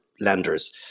lenders